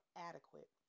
adequate